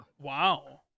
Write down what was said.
Wow